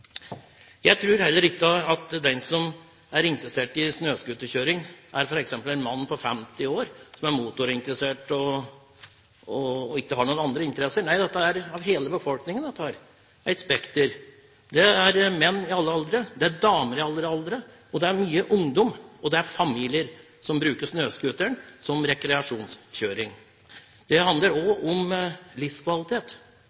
Jeg tror heller ikke at den som er interessert i snøscooterkjøring, er en mann på 50 år, som er motorinteressert og ikke har noen andre interesser. Nei, det er et spekter av hele befolkningen. Det er menn i alle aldre, det er damer i alle aldre, det er mye ungdom, og det er familier som bruker snøscooteren til rekreasjonskjøring. Det handler